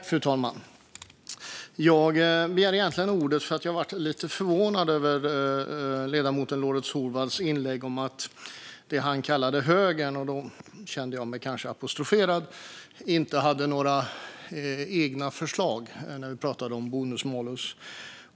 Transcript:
Fru talman! Jag begärde egentligen ordet eftersom jag blev lite förvånad över ledamoten Lorentz Tovatts inlägg om att det han kallade högern - och där kände jag mig kanske apostroferad - inte har några egna förslag när det gäller bonus-malus.